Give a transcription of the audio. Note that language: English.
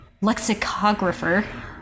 lexicographer